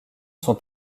sont